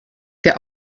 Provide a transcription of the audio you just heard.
der